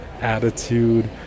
attitude